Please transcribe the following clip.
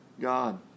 god